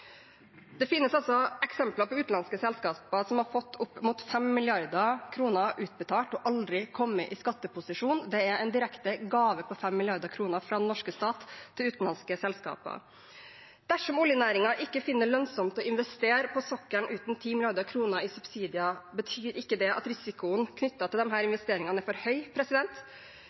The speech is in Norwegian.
Det finnes eksempler på utenlandske selskaper som har fått opp mot 5 mrd. kr utbetalt og aldri kommet i skatteposisjon. Det er en direkte gave på 5 mrd. kr fra den norske stat til utenlandske selskaper. Dersom oljenæringen ikke finner det lønnsomt å investere på sokkelen uten 10 mrd. kr i subsidier, betyr ikke det at risikoen knyttet til disse investeringene er for høy?